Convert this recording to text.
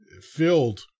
filled